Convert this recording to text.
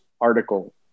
article